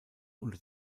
unter